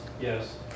Yes